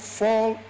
fall